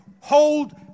hold